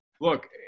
Look